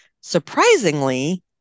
Surprisingly